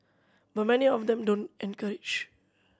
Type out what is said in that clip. but many of them don't encourage